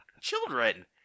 children